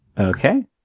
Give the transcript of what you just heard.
Okay